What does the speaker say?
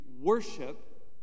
worship